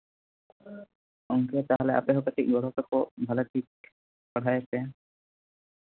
ᱜᱚᱢᱠᱮ ᱛᱟᱦᱚᱞᱮ ᱟᱯᱮᱦᱚᱸ ᱠᱟᱹᱴᱤᱡ ᱜᱚᱲᱚ ᱥᱚᱯᱚᱦᱚᱫ ᱵᱷᱟᱞᱮ ᱴᱷᱤᱠ ᱯᱟᱲᱦᱟᱣ ᱮᱯᱮ